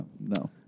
No